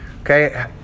Okay